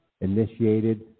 initiated